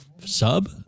Sub